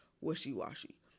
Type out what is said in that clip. wishy-washy